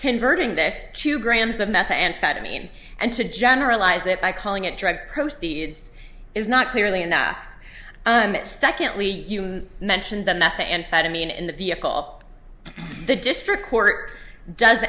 converting this to grams of methamphetamine and to generalize it by calling it drug proceeds is not clearly enough and secondly you mentioned the meth amphetamine in the vehicle the district court does